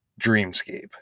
dreamscape